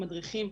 מדריכים,